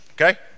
okay